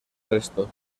resto